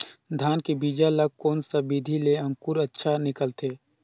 धान के बीजा ला कोन सा विधि ले अंकुर अच्छा निकलथे?